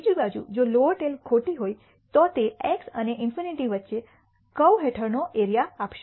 બીજી બાજુ જો લોઅર ટેઈલ ખોટી હોય તો તે x અને ∞ ની વચ્ચે કર્વ હેઠળનો એરિયા આપશે